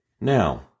Now